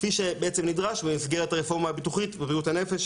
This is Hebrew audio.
כפי שבעצם נדרש במסגרת הרפורמה הביטוחית בבריאות הנפש,